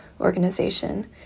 organization